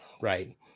right